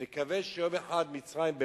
נקווה שיום אחד מצרים,